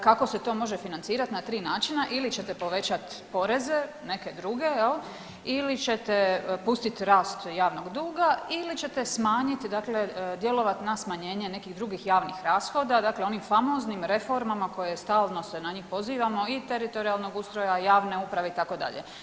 Kako se to može financirat na tri načina ili ćete povećati poreze neke druge jel ili ćete pustit rast javnog duga ili ćete smanjiti djelovat na smanjenje nekih drugih javnih rashoda dakle onim famoznim reformama koje stalno se na njih pozivamo i teritorijalnih ustroja javne uprave itd.